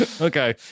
okay